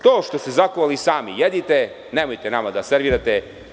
To što ste zakuvali sami jedite i nemojte nama da servirate.